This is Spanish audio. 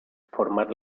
formar